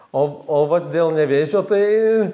o o va dėl nevėžio tai